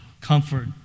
comfort